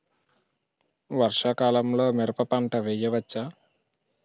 వర్షాకాలంలో మిరప పంట వేయవచ్చా?